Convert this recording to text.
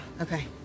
Okay